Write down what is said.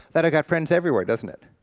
that i got friends everywhere, doesn't it?